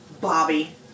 Bobby